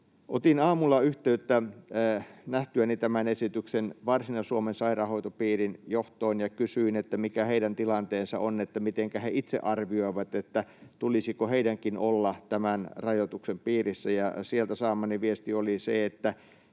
Otin aamulla, nähtyäni tämän esityksen, yhteyttä Varsinais-Suomen sairaanhoitopiirin johtoon ja kysyin, mikä heidän tilanteensa on, että mitenkä he itse arvioivat, tulisiko heidänkin olla tämän rajoituksen piirissä, ja sieltä saamani viesti oli, että